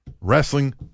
wrestling